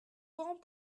grand